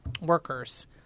workers